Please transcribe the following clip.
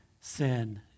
sin